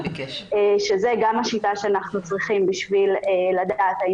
שזו גם השיטה שאנחנו צריכים בשביל לדעת האם